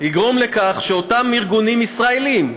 יגרום לכך שאותם ארגונים ישראליים,